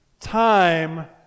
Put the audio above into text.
time